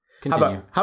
Continue